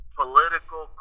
political